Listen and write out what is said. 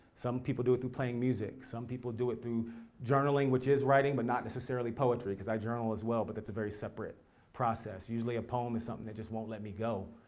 some people do it through playing music. some people do it through journaling which is writing, but not necessarily poetry. cuz i journal as well, but it's a very separate process. usually a poem is something that just won't let me go.